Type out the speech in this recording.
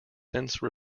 since